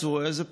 וראה זה פלא,